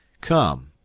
come